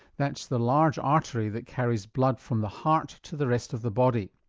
that's the large artery that carries blood from the heart to the rest of the body.